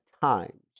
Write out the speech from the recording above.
times